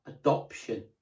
adoption